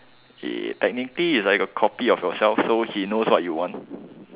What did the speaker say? technically it's like a copy of yourself so he knows what you want